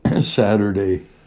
Saturday